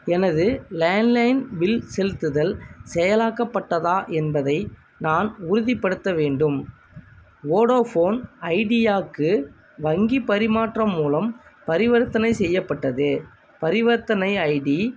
எனது landline bill செலுத்துதல் செயலாக்கப்பட்டதா என்பதை நான் உறுதிப்படுத்த வேண்டும் வோடோஃபோன் ஐடியாக்கு வங்கி பரிமாற்றம் மூலம் பரிவர்த்தனை செய்யப்பட்டது பரிவர்த்தனை ஐடி